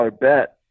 bet